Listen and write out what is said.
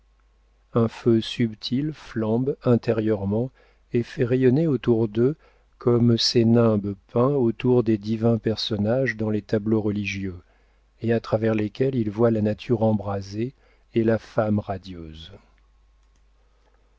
un feu subtil flambe intérieurement et fait rayonner autour d'eux comme ces nimbes peints autour des divins personnages dans les tableaux religieux et à travers lesquels ils voient la nature embrasée et la femme radieuse